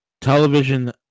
Television